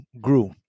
grew